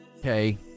okay